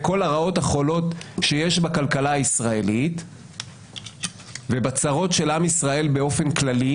בכל הרעות החולות שיש בכלכלה הישראלית ובצרות של עם ישראל באופן כללי,